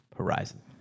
horizon